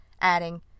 adding